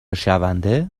شونده